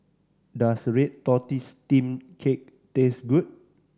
does red tortoise steamed cake taste good